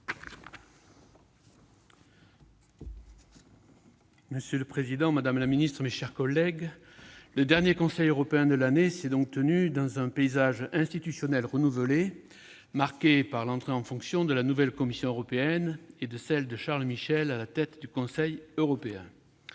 Monsieur le président, madame la secrétaire d'État, mes chers collègues, le dernier Conseil européen de l'année s'est tenu dans un paysage institutionnel renouvelé, marqué par l'entrée en fonction de la nouvelle Commission européenne et de celle de Charles Michel à la tête du Conseil européen.